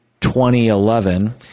2011